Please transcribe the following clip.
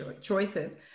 choices